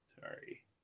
Sorry